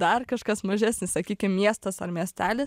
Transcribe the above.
dar kažkas mažesnis sakykim miestas ar miestelis